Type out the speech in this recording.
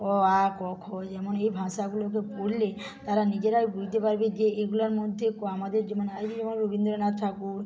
অ আ ক খ যেমন এই ভাষাগুলোকে পড়লে তারা নিজেরাই বুঝতে পারবে যে এগুলোর মধ্যে কো আমাদের যেমন এই যেমন রবীন্দ্রনাথ ঠাকুর